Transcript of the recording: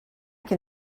can